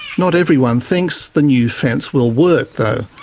not everyone thinks the new fence will work though.